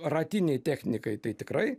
ratinei technikai tai tikrai